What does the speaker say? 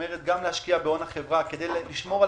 שאומרת גם להשקיע בהון החברה כדי לשמור על